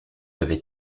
avait